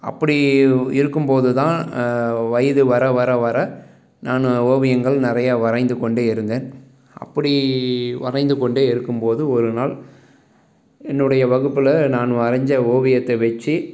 அப்படி இருக்கும் போது தான் வயது வர வர வர நானும் ஓவியங்கள் நிறையா வரைந்து கொண்டு இருந்தேன் அப்படி வரைந்து கொண்டு இருக்கும் போது ஒருநாள் என்னுடைய வகுப்பில் நான் வரைஞ்ச ஓவியத்தை வச்சு